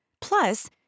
Plus